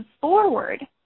forward